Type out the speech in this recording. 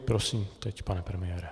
Prosím teď, pane premiére.